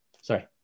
sorry